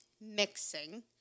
mixing